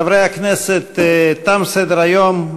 חברי הכנסת, תם סדר-היום.